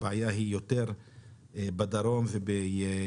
הבעיה היא יותר בדרום וירושלים,